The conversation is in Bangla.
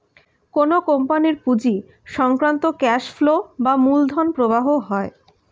কোন কোম্পানির পুঁজি সংক্রান্ত ক্যাশ ফ্লো বা মূলধন প্রবাহ হয়